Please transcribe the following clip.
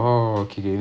so